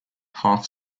half